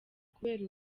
kubera